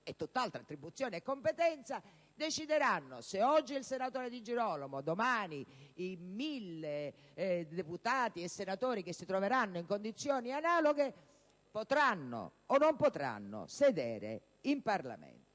e tutt'altre attribuzioni e competenze - decideranno se oggi il senatore Di Girolamo e, domani, i mille deputati e senatori che si troveranno in condizioni analoghe potranno o non potranno sedere in Parlamento.